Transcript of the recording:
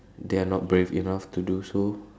they are not brave enough to do so